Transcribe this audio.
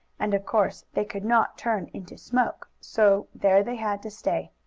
and of course they could not turn into smoke, so there they had to stay,